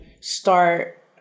start